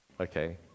okay